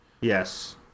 Yes